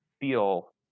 feel